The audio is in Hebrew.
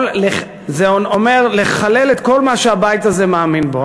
זה אומר לחלל את כל מה שהבית הזה מאמין בו.